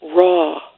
raw